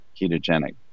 ketogenic